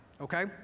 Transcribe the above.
okay